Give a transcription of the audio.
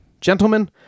gentlemen